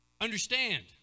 Understand